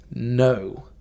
No